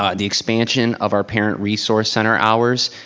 ah the expansion of our parent resource center hours,